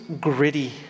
gritty